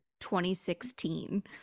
2016